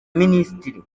minisiteri